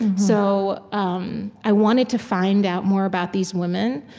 so um i wanted to find out more about these women.